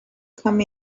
come